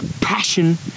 passion